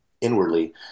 inwardly